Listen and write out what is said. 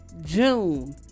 June